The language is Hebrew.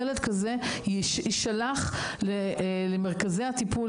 ילד כזה יישלח למרכזי הטיפול,